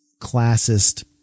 classist